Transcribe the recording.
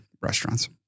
restaurants